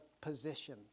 position